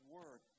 Word